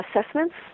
assessments